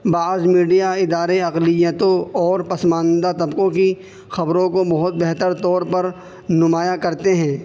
بعض میڈیا ادارے اقلیتوں اور پسماندہ طبقوں کی خبروں کو بہت بہتر طور پر نمایاں کرتے ہیں